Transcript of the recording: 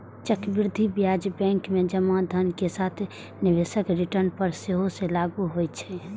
चक्रवृद्धि ब्याज बैंक मे जमा धन के साथ निवेशक रिटर्न पर सेहो लागू होइ छै